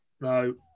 No